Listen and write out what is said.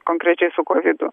konkrečiai su kovidu